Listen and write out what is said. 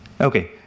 Okay